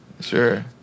Sure